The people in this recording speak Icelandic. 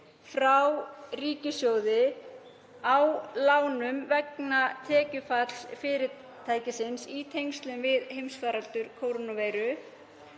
frá ríkissjóði á lánum vegna tekjufalls fyrirtækisins í tengslum við heimsfaraldur kórónuveiru